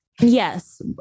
Yes